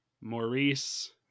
maurice